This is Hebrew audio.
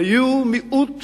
היו מיעוט